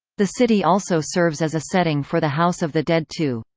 the city also serves as a setting for the house of the dead two.